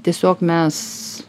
tiesiog mes